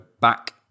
back